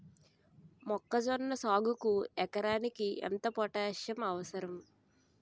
మొక్కజొన్న సాగుకు ఎకరానికి ఎంత పోటాస్సియం అవసరం?